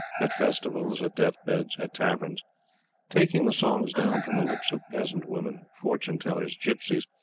at festivals, at death-beds, at taverns taking the songs down from the lips of peasant women, fortune-tellers, gypsies,